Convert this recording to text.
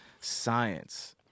science